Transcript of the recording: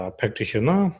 practitioner